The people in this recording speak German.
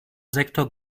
sektor